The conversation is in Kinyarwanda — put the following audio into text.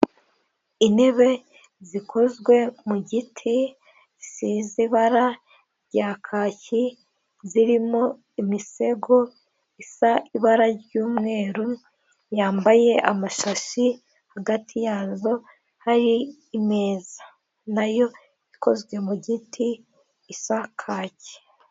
Intebe zikozwe mu giti zisize ibara rya kaki zirimo imisego isa ibara ry'umweru yambaye amashashi hagati yazo hari imeza nayo ikozwe mu giti isa kake.